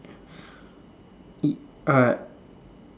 uh